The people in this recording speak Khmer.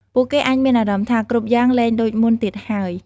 ពួកគេអាចមានអារម្មណ៍ថា គ្រប់យ៉ាងលែងដូចមុនទៀតហើយ។